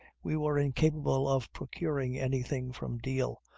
we were incapable of procuring anything from deal,